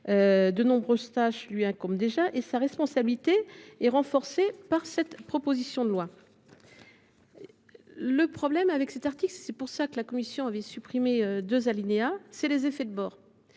De nombreuses tâches lui incombent déjà et sa responsabilité est renforcée par cette proposition de loi. Le problème de cet article – et c’est la raison pour laquelle la commission a supprimé deux alinéas –, ce sont les effets de bord.